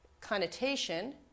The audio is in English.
connotation